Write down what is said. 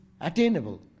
attainable